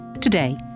Today